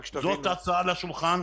זאת ההצעה על השולחן,